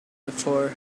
before